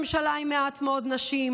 ממשלה עם מעט מאוד נשים,